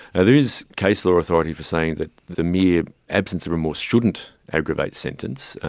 there is case law authority for saying that the mere absence of remorse shouldn't aggravate sentence,